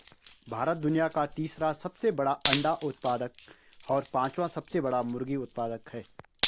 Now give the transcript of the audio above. भारत दुनिया का तीसरा सबसे बड़ा अंडा उत्पादक और पांचवां सबसे बड़ा मुर्गी उत्पादक है